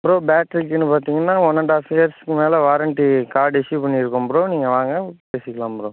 bro பேட்ரிக்கின்னு பார்த்தீங்கனா one and half இயர்ஸ்க்கு மேலே வாரண்ட்டி கார்டு இஷ்யூ பண்ணியிருக்கோம் ப்ரோ நீங்கள் வாங்க பேசிக்கிலாம் ப்ரோ